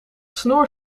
snoer